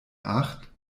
acht